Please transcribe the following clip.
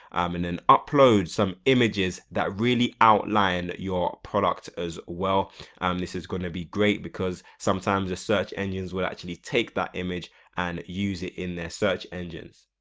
um and then upload some images that really outline your product as well and this is going to be great because sometimes the search engines will actually take that image and use it in their search results.